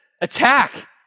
attack